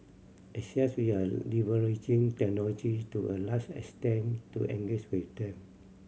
as we are leveraging technology to a large extent to engage with them